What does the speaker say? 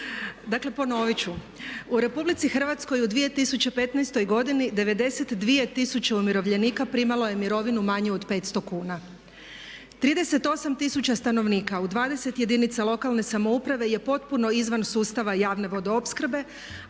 Dakle ponoviti ću. U Republici Hrvatskoj u 2015. godini 92 tisuće umirovljenika primalo je mirovinu manju od 500 kuna. 38 tisuća stanovnika u 20 jedinica lokalne samouprave je potpuno izvan sustava javne vodoopskrbe